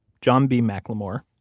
john b. mclemore,